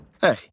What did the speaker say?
Hey